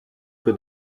que